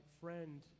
friend